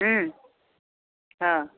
ହୁଁ ହଁ